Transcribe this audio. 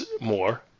more